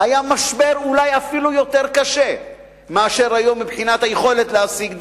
היה משבר אולי אפילו יותר קשה מאשר היום מבחינת היכולת להשיג דירה.